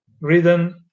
written